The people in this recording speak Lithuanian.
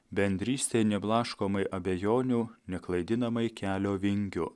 bendrystei neblaškomai abejonių neklaidinamai kelio vingių